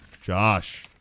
Josh